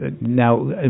now